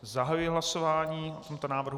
Zahajuji hlasování o tomto návrhu.